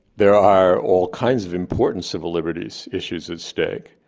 there are all kinds of important civil liberties issues at stake,